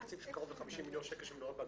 תקציב של קרוב ל-50 מיליון שקל במשרד.